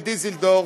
בדיסלדורף,